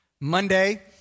Monday